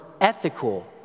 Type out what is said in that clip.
ethical